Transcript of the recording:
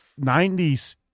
90s